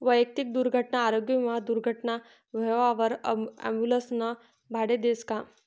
वैयक्तिक दुर्घटना आरोग्य विमा दुर्घटना व्हवावर ॲम्बुलन्सनं भाडं देस का?